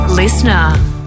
Listener